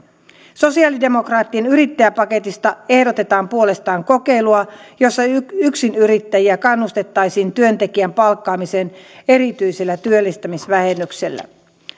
sosialidemokraattien yrittäjäpaketista ehdotetaan puolestaan kokeilua jossa yksinyrittäjiä kannustettaisiin työntekijän palkkaamiseen erityisellä työllistämisvähennyksellä